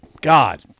God